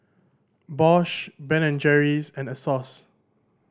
Bosch Ben and Jerry's and Asos